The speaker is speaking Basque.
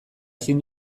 ezin